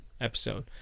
episode